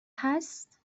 هست